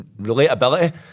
relatability